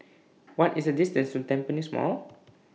What IS The distance to Tampines Mall